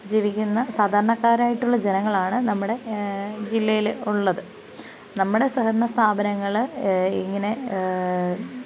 ജീവിക്കുന്ന സാധാരണക്കാരായിട്ടുള്ള ജനങ്ങളാണ് നമ്മുടെ ജില്ലയിൽ ഉള്ളത് നമ്മുടെ സഹകരണ സ്ഥാപനങ്ങൾ ഇങ്ങനെ